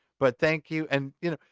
but thank you. and you know,